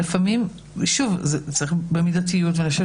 כי לפעמים צריך מידתיות ואני חושב